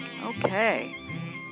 Okay